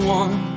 one